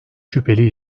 şüpheli